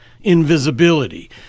invisibility